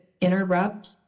interrupt